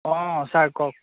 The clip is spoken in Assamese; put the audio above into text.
অঁ ছাৰ কওক